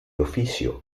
oficio